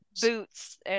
boots